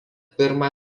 pirmą